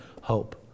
hope